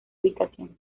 ubicación